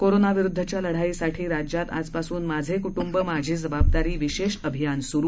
कोरोनाविरुद्धच्या लढाईसाठी राज्यात आजपासून माझे कुटुंब माझी जबाबदारी विशेष अभियान सुरु